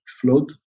float